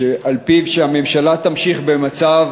שעל-פיו הממשלה תמשיך במצב